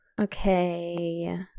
Okay